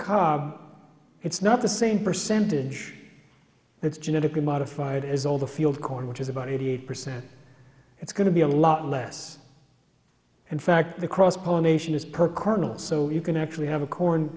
cob it's not the same percentage it's genetically modified as all the field corn which is about eighty eight percent it's going to be a lot less and fact the cross pollination is per kernel so you can actually have a corn